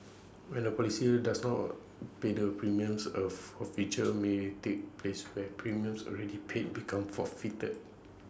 when A policyholder does not pay the premiums of A feature may ray take place where premiums already paid become forfeited